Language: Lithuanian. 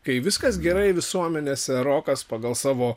kai viskas gerai visuomenėse rokas pagal savo